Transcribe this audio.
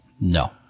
no